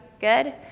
good